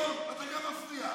נכון, ואתה גם מפריע.